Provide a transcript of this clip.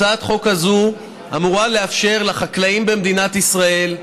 הצעת החוק הזאת אמורה לאפשר לחקלאים במדינת ישראל,